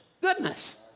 Goodness